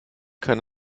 kann